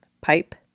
pipe